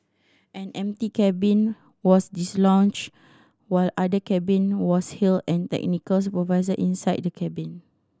an empty cabin was dislodged while other cabin was halted an the supervisor inside the cabin